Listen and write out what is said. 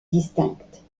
distinctes